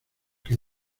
que